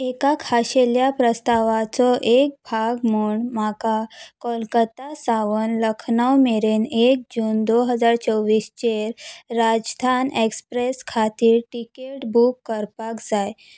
एका खाशेल्या प्रस्तावाचो एक भाग म्हूण म्हाका कोलकता सावन लखनव मेरेन एक जून दोन हजार चोवीसचेर राजस्थान एक्सप्रेस खातीर तिकेट बूक करपाक जाय